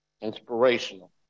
inspirational